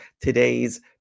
today's